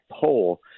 poll